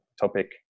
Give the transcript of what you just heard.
topic